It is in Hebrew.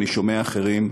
ואני שומע אחרים,